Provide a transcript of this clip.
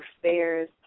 affairs